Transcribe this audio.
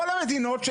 כל המדינות,